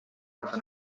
kaasa